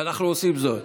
אנחנו עושים זאת.